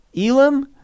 Elam